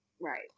Right